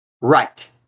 Right